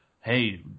hey